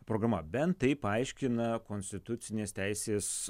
programa bent taip aiškina konstitucinės teisės